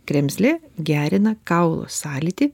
kremzlė gerina kaulų sąlytį